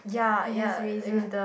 he has eraser